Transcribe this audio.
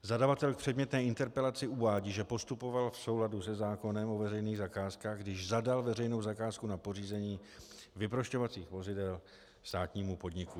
Zadavatel v předmětné interpelaci (?) uvádí, že postupoval v souladu se zákonem o veřejných zakázkách, když zadal veřejnou zakázku na pořízení vyprošťovacích vozidel státnímu podniku.